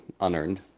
unearned